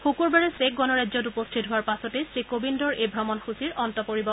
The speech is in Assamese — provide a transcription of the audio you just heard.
শুকূৰবাৰে ছেক গণৰাজ্যত উপস্থিত হোৱাৰ পাছতেই শ্ৰী কোৱিন্দৰ এই ভ্ৰমণসুচীৰ অন্ত পৰিব